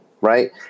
Right